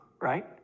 right